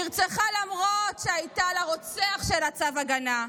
נרצחה למרות שהיה לה צו הגנה,